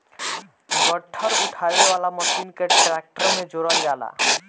गट्ठर उठावे वाला मशीन के ट्रैक्टर में जोड़ल जाला